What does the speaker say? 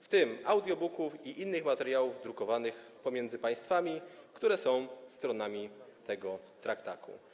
w tym audiobooków i innych materiałów drukowanych pomiędzy państwami, które są stronami tego traktatu.